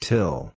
Till